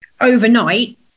overnight